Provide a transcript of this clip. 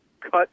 cut